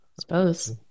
suppose